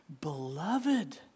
Beloved